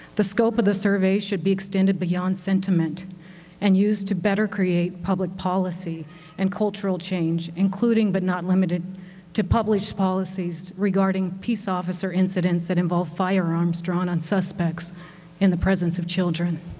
the scope of the survey should be extended beyond sentiment and used it to better create public policy and cultural change, including but not limited to published policies regarding peace officer incidents that involve firearms drawn on suspects in the presence of children.